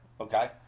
Okay